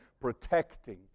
protecting